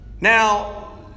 Now